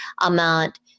amount